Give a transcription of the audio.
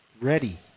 ready